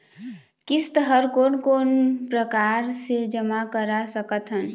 किस्त हर कोन कोन प्रकार से जमा करा सकत हन?